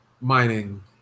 Mining